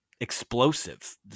explosive